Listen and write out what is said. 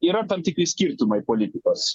yra tam tikri skirtumai politikos